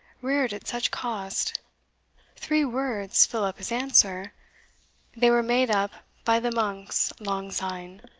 reared at such cost three words fill up his answer they were made up by the monks lang syne